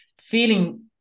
feeling